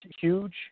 huge